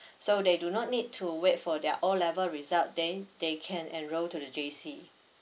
so they do not need to wait for their O level result then they can enroll to the J_C